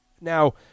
Now